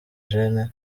gen